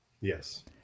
Yes